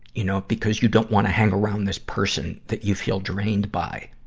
you know, because you don't wanna hang around this person that you feel drained by.